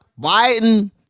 Biden